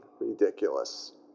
ridiculous